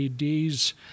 LEDs